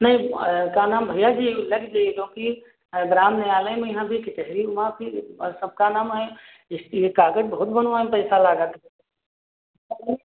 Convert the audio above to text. नहीं का नाम भैया जी ऊ लग जई क्योंकि ग्राम न्यायालय में यहाँ भी कचहरी वहाँ फिर सब का नाम है इस इहे कागज बहुत बनवाए में पैसा लागत है